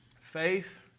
Faith